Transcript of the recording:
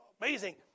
amazing